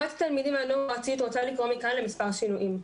מועצת התלמידים והנוער רוצה לקרוא מכאן למספר שינויים.